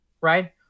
Right